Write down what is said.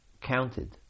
counted